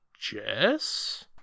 Jess